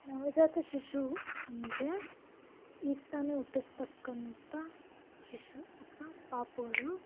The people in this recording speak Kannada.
ನವಜಾತ ಶಿಶು ಅಂದರೆ ಈಗ್ತಾನೇ ಹುಟ್ಟಿರ್ತಕ್ಕಂಥ ಶಿಶು ಅಥವಾ ಪಾಪುಗಳು